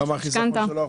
כמה השכר שלו החודשי?